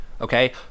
Okay